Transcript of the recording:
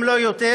אם לא יותר,